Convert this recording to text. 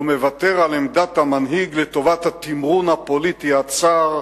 הוא מוותר על עמדת המנהיג לטובת התמרון הפוליטי הצר,